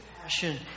passion